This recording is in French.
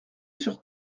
sur